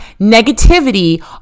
negativity